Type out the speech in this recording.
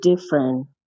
different